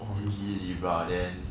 libra then